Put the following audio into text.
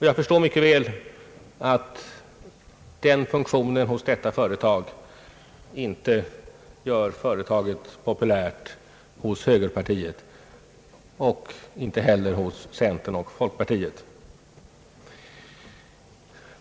Jag förstår mycket väl att den funktionen hos detta företag inte gör företaget populärare hos högerpartiet och inte heller hos centern och folkpartiet.